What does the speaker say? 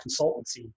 consultancy